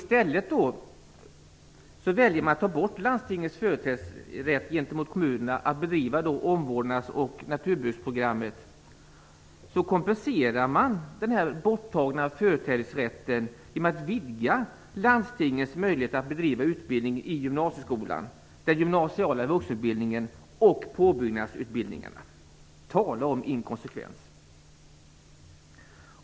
Man väljer att ta bort landstingens företrädesrätt, gentemot kommunerna, att bedriva omvårdnads och naturbruksprogrammen. Det kompenseras genom att landstingens möjlighet att bedriva utbildning i gymnasieskolan, den gymnasiala vuxenutbildningen och påbyggnadsutbildningarna vidgas. Tala om inkonsekvens!